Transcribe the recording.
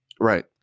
Right